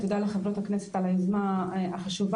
תודה לחברות הכנסת על היוזמה החשובה.